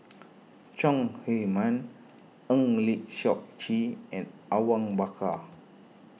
Chong Heman Eng Lee Seok Chee and Awang Bakar